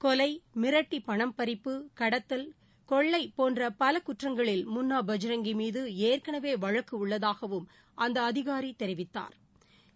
கொலை மிரட்டி பணம் பறிப்பு கடத்தல் கொள்ளை போன்ற பல குற்றங்களில் முன்னா பஜ்ரங்கி மீது ஏற்கனவே வழக்கு உள்ளதாகவும் அந்த அதிகாரி தெரிவித்தாா்